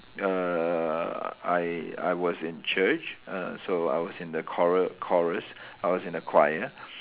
err I I was in church uh so I was in the choru~ chorus I was in the choir